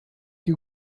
you